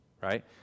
right